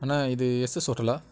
அண்ணா இது S S ஹோட்டலா